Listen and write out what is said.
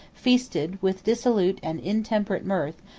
feasted, with dissolute and intemperate mirth,